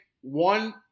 one